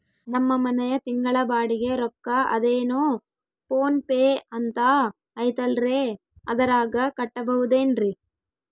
ನಮ್ಮ ಮನೆಯ ತಿಂಗಳ ಬಾಡಿಗೆ ರೊಕ್ಕ ಅದೇನೋ ಪೋನ್ ಪೇ ಅಂತಾ ಐತಲ್ರೇ ಅದರಾಗ ಕಟ್ಟಬಹುದೇನ್ರಿ?